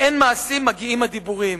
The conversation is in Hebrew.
באין מעשים מגיעים הדיבורים,